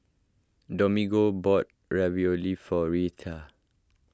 Domingo bought Ravioli for Rheta